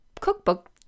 cookbook